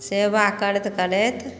सेवा करैत करैत